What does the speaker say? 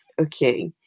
okay